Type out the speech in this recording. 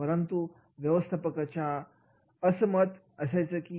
परंतु व्यवस्थापकांच्या असं मत असायचा की